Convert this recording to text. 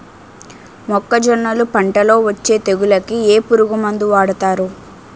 మొక్కజొన్నలు పంట లొ వచ్చే తెగులకి ఏ పురుగు మందు వాడతారు?